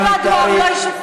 עם או בלי, הוא לא ישוחרר.